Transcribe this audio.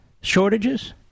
shortages